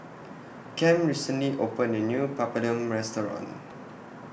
Cam recently opened A New Papadum Restaurant